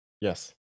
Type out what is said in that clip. Yes